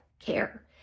care